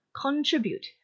contribute